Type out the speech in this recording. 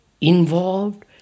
involved